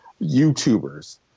YouTubers